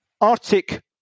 Arctic